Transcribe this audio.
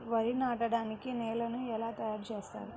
వరి నాటడానికి నేలను ఎలా తయారు చేస్తారు?